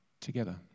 together